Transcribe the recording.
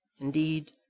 Indeed